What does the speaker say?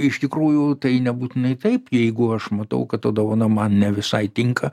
iš tikrųjų tai nebūtinai taip jeigu aš matau kad ta dovana man ne visai tinka